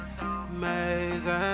Amazing